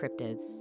cryptids